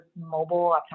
mobile